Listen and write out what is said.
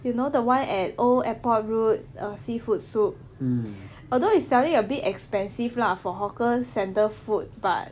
you know the one at old airport road err seafood soup although is selling a bit expensive lah for hawker centre food but